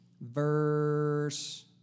verse